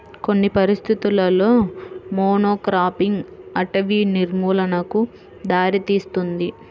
కొన్ని పరిస్థితులలో మోనోక్రాపింగ్ అటవీ నిర్మూలనకు దారితీస్తుంది